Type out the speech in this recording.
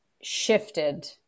shifted